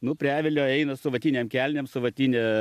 nu prie avilio eina su vatinėm kelnėm su vatine